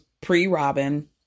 pre-Robin